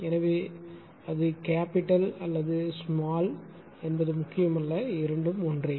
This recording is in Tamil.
எனவே அது கேப்பிடல் அல்லது ஸ்மால் என்பது முக்கியமல்ல இரண்டும் ஒன்றே